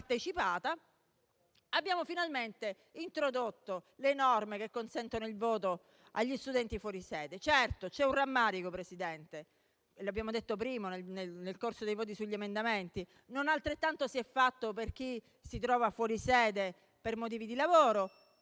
partecipata - abbiamo finalmente introdotto le norme che consentono il voto agli studenti fuori sede. Certo, c'è il rammarico, Presidente - lo abbiamo detto prima nel corso delle votazioni degli emendamenti - che non altrettanto si è fatto per chi si trova fuori sede per motivi di lavoro.